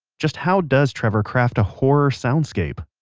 just how does trevor craft a horror soundscape?